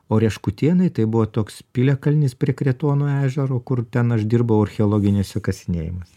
o reškutėnai tai buvo toks piliakalnis prie kretuono ežero kur ten aš dirbau archeologiniuose kasinėjimuose